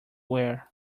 wear